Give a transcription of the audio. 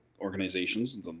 organizations